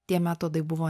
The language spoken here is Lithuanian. tie metodai buvo